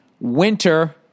winter